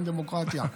אין דמוקרטיה.